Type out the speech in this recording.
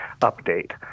update